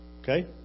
Okay